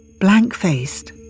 Blank-faced